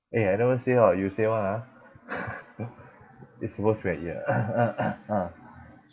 eh I never say hor you say [one] ah it's worse right here ah